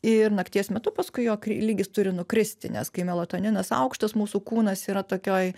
ir nakties metu paskui jo kr lygis turi nukristi nes kai melatoninas aukštas mūsų kūnas yra tokioj